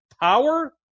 power